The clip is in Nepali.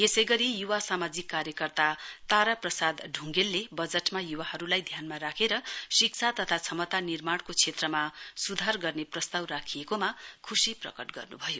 यसैगरी युवा सामाजिक कार्यकर्ता तारा प्रसाद ढुङ्गेलले बजटमा युवाहरूलाई ध्यानमा राखेर शिक्षा तथा क्षमता निर्माणको क्षेत्रमा सुधार गर्ने प्रस्ताव राखिएकोमा खुशी प्रकट गर्नुभयो